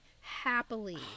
happily